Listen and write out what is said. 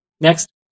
Next